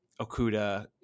Okuda